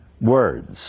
words